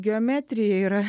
geometrija yra